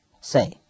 say